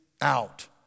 out